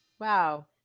Wow